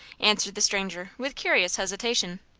answered the stranger, with curious hesitation.